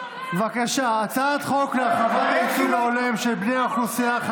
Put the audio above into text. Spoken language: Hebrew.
תפסיקי לצעוק, אתה יודע שהמשפחה שלי הצביעה לש"ס?